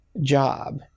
job